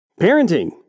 parenting